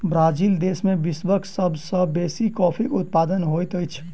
Brazil देश में विश्वक सब सॅ बेसी कॉफ़ीक उत्पादन होइत अछि